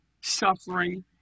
suffering